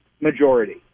majority